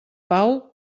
pau